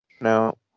No